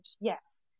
yes